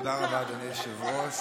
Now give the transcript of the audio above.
תודה רבה, אדוני היושב-ראש.